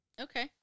Okay